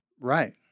Right